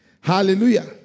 Hallelujah